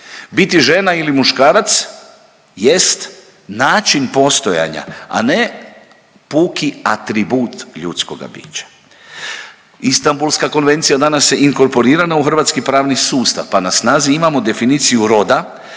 Biti žena ili muškarac jest način postojanja, a ne puki atribut ljudskoga bića. Istambulska konvencija danas je inkorporirana u hrvatski pravni sustav pa na snazi imamo definiciju roda